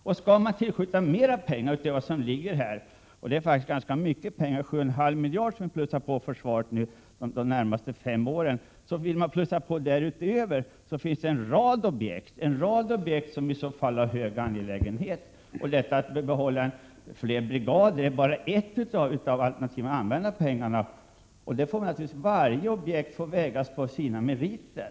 Och skall man i framtiden tillskjuta ännu mer pengar än vad som beslutats — 7,5 miljarder i förstärkning de närmaste fem åren — finns det en rad objekt som har hög prioritet. Att behålla fler brigader är bara ett av alternativen när det gäller att använda mer pengar. Varje objekt får i så fall naturligtvis vägas så att säga på sina meriter.